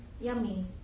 Yummy